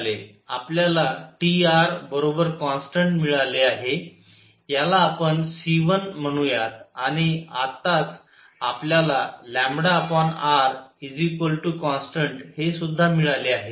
आपल्याला Trकॉन्स्टन्ट मिळाले आहे याला आपण c1 म्हणूयात आणि आताच आपल्याला rकॉन्स्टन्ट हे सुद्धा मिळाले आहे